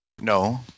No